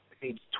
page